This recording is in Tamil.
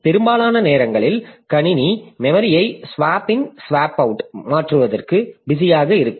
எனவே பெரும்பாலான நேரங்களில் கணினி மெமரியை ஸ்வாப்பு இன் ஸ்வாப்பு அவுட் மாற்றுவதற்கும் பிஸியாக இருக்கும்